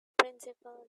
principle